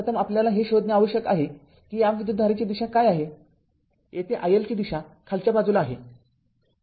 तर प्रथम आपल्याला हे शोधणे आवश्यक आहे की या विद्युतधारेची दिशा काय आहे येथे iL ची दिशा खालच्या बाजूने आहे